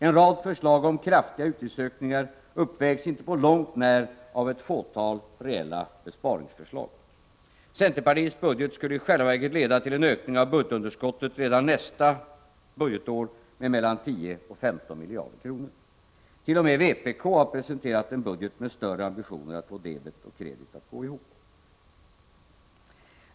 En rad förslag om kraftiga utgiftsökningar uppvägs inte på långt när av ett fåtal reella besparingsförslag. Centerpartiets budget skulle i själva verket leda till en ökning av underskottet redan nästa budgetår med mellan 10 och 15 miljarder kronor. T. o. m. vpk har presenterat en budget med större ambitioner att få debet och kredit att gå ihop.